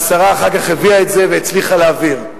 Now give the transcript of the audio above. והשרה אחר כך הביאה את זה והצליחה להעביר.